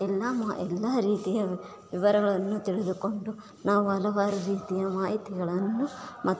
ಎಲ್ಲ ಮಾ ಎಲ್ಲ ರೀತಿಯ ವಿವರಗಳನ್ನು ತಿಳಿದುಕೊಂಡು ನಾವು ಹಲವಾರು ರೀತಿಯ ಮಾಹಿತಿಗಳನ್ನು ಮತ್ತು